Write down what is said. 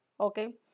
okay